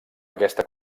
aquesta